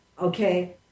Okay